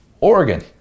Oregon